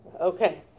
Okay